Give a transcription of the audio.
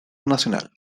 nacional